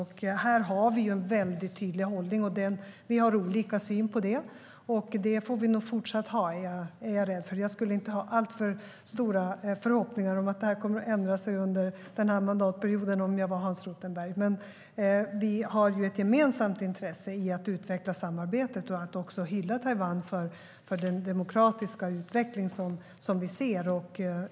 Regeringen har en tydlig hållning. Vi har olika syn på det, och det lär vi fortsätta att ha, är jag rädd. Om jag var Hans Rothenberg skulle jag inte ha alltför stora förhoppningar om att detta kommer att ändra sig under mandatperioden. Vi har dock ett gemensamt intresse i att utveckla samarbetet och att hylla Taiwan för den demokratiska utveckling vi ser.